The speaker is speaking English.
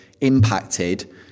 impacted